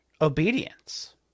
obedience